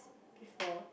before